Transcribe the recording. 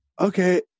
Okay